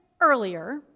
earlier